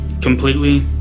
completely